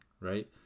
right